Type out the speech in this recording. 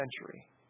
century